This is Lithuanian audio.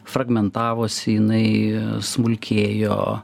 fragmentavosi jinai smulkėjo